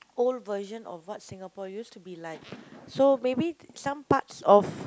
old version of what Singapore used to be like so maybe some parts of